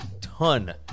ton